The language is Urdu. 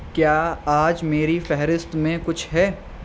کیا آج میری فہرست میں کچھ ہے